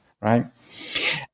right